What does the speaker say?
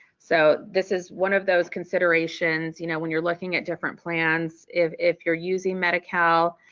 so this is one of those considerations, you know when you're looking at different plans, if if you're using medi-cal,